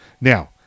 Now